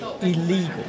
illegal